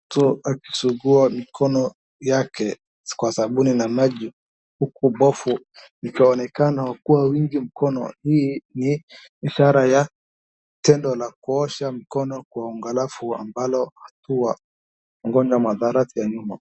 Mtoto akisugua mikono yake kwa sabuni na maji huku bofu ikionekana kwa wingi mkono hii ni ishara ya tendo la kuosha mkono kwa ungalafu ambalo wa ugonjwa madharazi ya umma.